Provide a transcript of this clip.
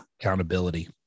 Accountability